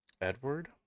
Edward